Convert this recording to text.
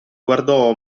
guardò